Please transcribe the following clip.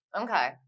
Okay